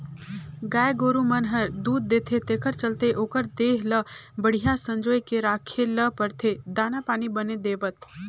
गाय गोरु मन हर दूद देथे तेखर चलते ओखर देह ल बड़िहा संजोए के राखे ल परथे दाना पानी बने देवत